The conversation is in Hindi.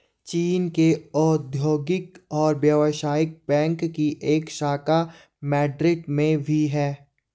चीन के औद्योगिक और व्यवसायिक बैंक की एक शाखा मैड्रिड में भी है